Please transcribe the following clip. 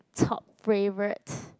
top favorite